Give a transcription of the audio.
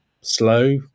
slow